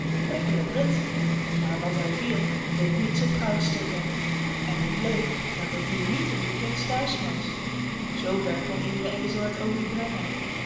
brikklebrit maar wat er viel leek niets op goudstukken en het bleek dat het dier niet in die kunst thuis was zoo ver kon iedere ezel het ook niet brengen